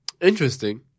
Interesting